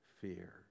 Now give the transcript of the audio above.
fear